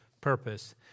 purpose